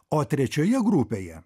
o trečioje grupėje